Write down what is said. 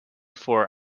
for